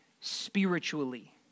spiritually